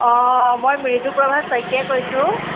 অ মই মৃদুপ্ৰভা শইকীয়াই কৈছোঁ